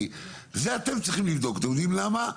כי את זה אתם צריכים לבדוק אתם יודעים למה?